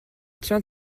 tiens